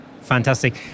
Fantastic